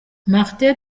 martin